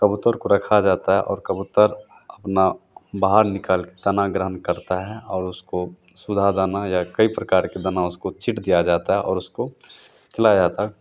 कबूतर को रखा जाता है और कबूतर अपना बाहर निकल दाना ग्रहण करता है और उसको सुधा दाना या कई प्रकार के दाने उसको छींट दिया जाता है और उसको खिलाया जाता है